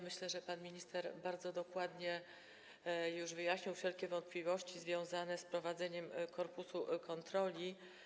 Myślę, że pan minister bardzo dokładnie już wyjaśnił wszelkie wątpliwości związane z prowadzeniem korpusu kontroli.